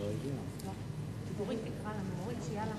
חברת